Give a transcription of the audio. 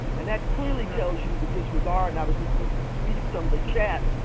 and that clearly tells you the disregard, and i was reading some of the chat,